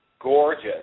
gorgeous